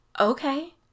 Okay